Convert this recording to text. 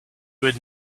would